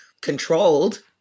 controlled